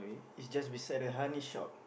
it's just beside the honey shop